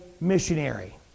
missionary